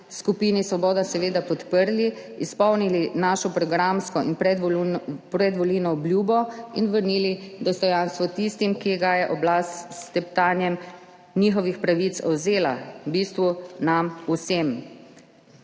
skupini Svoboda seveda podprli, izpolnili svojo programsko in predvolilno obljubo ter vrnili dostojanstvo tistim, ki jim ga je oblast s teptanjem njihovih pravic vzela, v bistvu nam vsem.